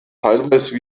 teilweise